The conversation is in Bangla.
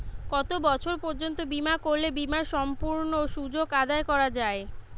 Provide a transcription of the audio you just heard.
কত বছর পর্যন্ত বিমা করলে বিমার সম্পূর্ণ সুযোগ আদায় করা য়ায়?